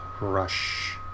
Rush